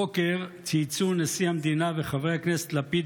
הבוקר צייצו נשיא המדינה וחברי הכנסת לפיד